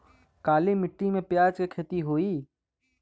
काली माटी में प्याज के खेती होई?